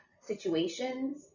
situations